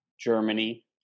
Germany